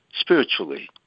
spiritually